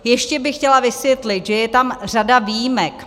Ještě bych chtěla vysvětlit, že je tam řada výjimek.